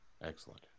excellent